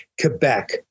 Quebec